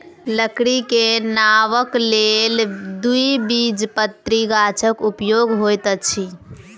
लकड़ी के नावक लेल द्विबीजपत्री गाछक उपयोग होइत अछि